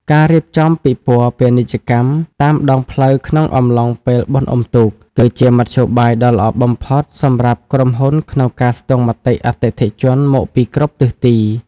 ការរៀបចំពិព័រណ៍ពាណិជ្ជកម្មតាមដងផ្លូវក្នុងអំឡុងពេលបុណ្យអុំទូក គឺជាមធ្យោបាយដ៏ល្អបំផុតសម្រាប់ក្រុមហ៊ុនក្នុងការស្ទង់មតិអតិថិជនមកពីគ្រប់ទិសទី។